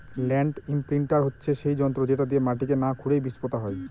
land imprinter হচ্ছে সেই যন্ত্র যেটা দিয়ে মাটিকে না খুরেই বীজ পোতা হয়